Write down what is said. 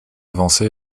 avancé